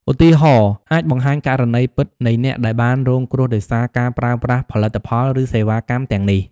ឧទាហរណ៍ អាចបង្ហាញករណីពិតនៃអ្នកដែលបានរងគ្រោះដោយសារការប្រើប្រាស់ផលិតផល ឬសេវាកម្មទាំងនេះ។